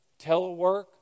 telework